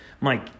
Mike